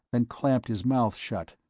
then clamped his mouth shut.